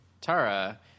Tara